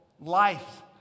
life